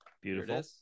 Beautiful